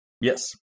Yes